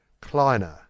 Kleiner